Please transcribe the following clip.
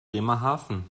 bremerhaven